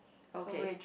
okay